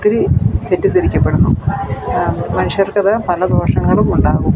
ഒത്തിരി തെറ്റിദ്ധരിക്കപ്പെടുന്നു മനുഷ്യർക്ക് അത് പല ദോഷങ്ങളും ഉണ്ടാവും